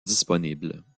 disponibles